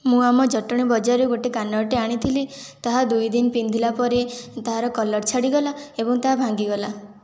ମୁଁ ଆମ ଜଟଣୀ ବଜାରୁ ଗୋଟେ କାନରଟିଏ ଆଣିଥିଲି ତାହା ଦୁଇଦିନ ପିନ୍ଧିଲା ପରେ ତାର କଲର ଛାଡ଼ିଗଲା ଏବଂ ତାହା ଭାଙ୍ଗିଗଲା